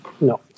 no